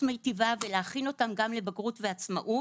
מיטיבה ולהכין אותם גם לבגרות ועצמאות.